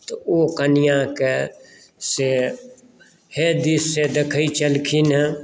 तऽ ओ कनिआँके से हेय दृष्टिसँ देखैत छलखिन हेँ